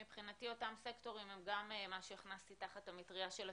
מבחינתי אותם סקטורים הם גם מה שהכנסתי תחת המטריה של הציבור,